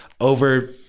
over